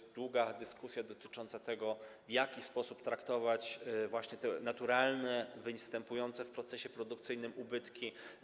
Była długa dyskusja dotycząca tego, w jaki sposób traktować te naturalne, występujące w procesie produkcyjnym ubytki.